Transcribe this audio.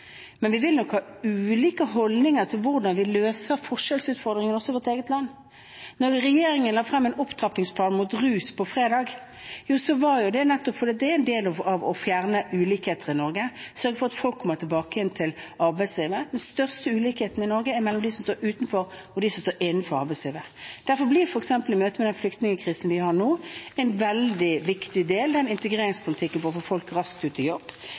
men vi vil nok ha ulike holdninger til hvordan vi løser forskjellsutfordringene også i vårt eget land. Da regjeringen fredag la frem en opptrappingsplan mot rus, var det nettopp fordi det er en del av å fjerne ulikheter i Norge å sørge for at folk kommer tilbake igjen til arbeidslivet. Den største ulikheten i Norge er mellom dem som står utenfor arbeidslivet, og dem som er innenfor. Derfor blir – f.eks. i møte med den flyktningkrisen vi har nå – integreringspolitikken en veldig viktig del for å få folk raskt ut i jobb.